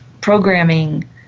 programming